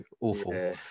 awful